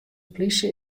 polysje